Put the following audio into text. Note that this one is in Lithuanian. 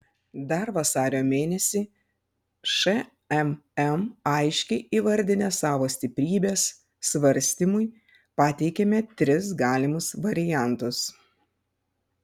dar vasario mėnesį šmm aiškiai įvardinę savo stiprybes svarstymui pateikėme tris galimus variantus